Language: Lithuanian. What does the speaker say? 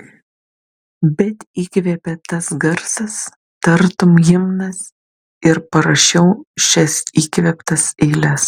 bet įkvėpė tas garsas tartum himnas ir parašiau šias įkvėptas eiles